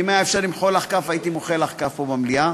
ואם היה אפשר למחוא לך כפיים הייתי מוחא לך כפיים פה במליאה.